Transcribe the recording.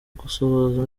gusohoza